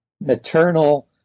maternal